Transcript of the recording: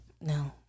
No